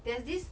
there's this